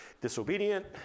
disobedient